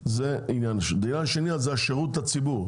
הנושא השני הוא השירות לציבור.